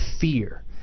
fear